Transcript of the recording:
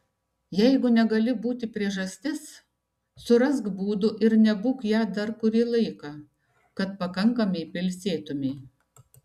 jeigu negali būti priežastis surask būdų ir nebūk ja dar kurį laiką kad pakankamai pailsėtumei